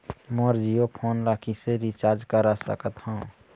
मोर Jio phone ला किसे recharge करा सकत हवं?